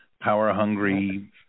power-hungry